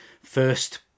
first